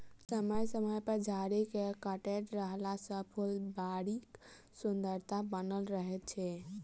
समय समय पर झाड़ी के काटैत रहला सॅ फूलबाड़ीक सुन्दरता बनल रहैत छै